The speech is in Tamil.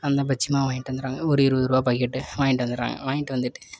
அந்த பஜ்ஜி மாவு வாங்கிட்டு வந்துடுறாங்க ஒரு இருபது ரூபா பாக்கெட்டு வாங்கிட்டு வந்துடுறாங்க வாங்கிட்டு வந்துட்டு